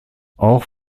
auch